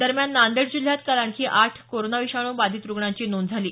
दरम्यान जिल्ह्यात काल आणखी आठ कोरोना विषाणू बाधित रुग्णांची नोंद झाली